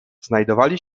znajdowali